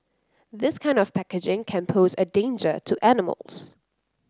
this kind of packaging can pose a danger to animals